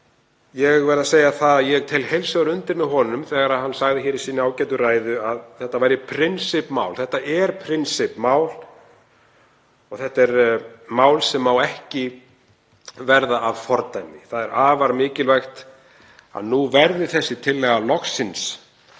Ég verð að segja það að ég tek heils hugar undir með honum þegar hann sagði hér í sinni ágætu ræðu að þetta væri prinsippmál. Þetta er mál sem má ekki verða að fordæmi. Það er afar mikilvægt að nú verði þessi tillaga loksins